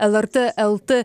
lrt lt